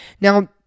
Now